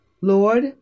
Lord